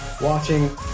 watching